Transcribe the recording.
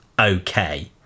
okay